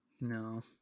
No